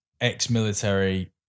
ex-military